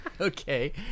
Okay